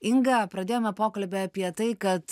inga pradėjome pokalbį apie tai kad